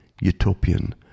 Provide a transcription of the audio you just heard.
utopian